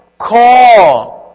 call